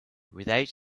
without